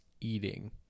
eating